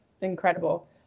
incredible